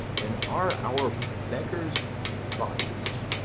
then are our beggars bodies,